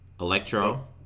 Electro